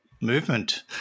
movement